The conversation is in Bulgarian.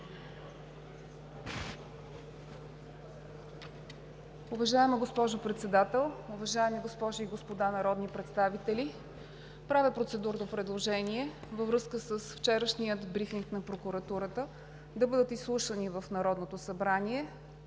Уважаема госпожо Председател, уважаеми госпожи и господа народни представители! Правя процедурно предложение във връзка с вчерашния брифинг на Прокуратурата да бъдат изслушани в Народното събрание